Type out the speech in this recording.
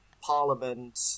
Parliament